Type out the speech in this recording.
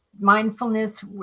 Mindfulness